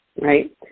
right